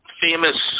famous